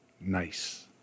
Nice